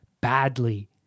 badly